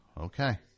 Okay